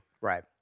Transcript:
Right